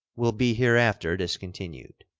will be hereafter discontinued.